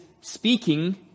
speaking